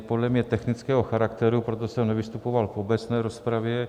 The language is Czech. Je podle mě technického charakteru, proto jsem nevystupoval v obecné rozpravě.